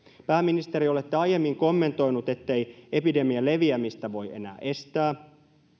pääministeri olette aiemmin kommentoinut ettei epidemian leviämistä voi enää estää